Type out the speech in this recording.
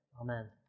Amen